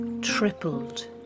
tripled